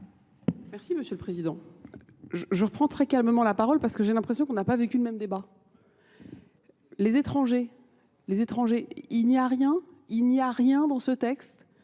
Merci, monsieur le Président. Je reprends très calmement la parole parce que j'ai l'impression qu'on n'a pas vécu le même débat. Les étrangers, il n'y a rien dans ce texte